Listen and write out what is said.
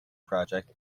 project